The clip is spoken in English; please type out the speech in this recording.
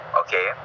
okay